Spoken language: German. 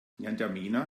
n’djamena